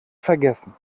vergessen